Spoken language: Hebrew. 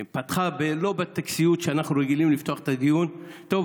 היא פתחה לא בטקסיות שאנחנו רגילים לפתוח את הדיון: טוב,